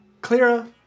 Clara